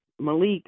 Malik